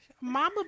mama